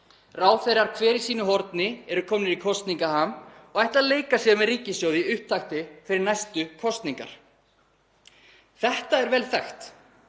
Ráðherrar hver í sínu horni eru komnir í kosningaham og ætla að leika sér með ríkissjóði í upptakti fyrir næstu kosningar. Þetta er vel þekkt.